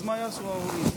מה יעשו ההורים?